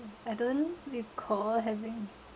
I don't recall having